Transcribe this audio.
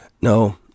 no